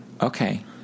Okay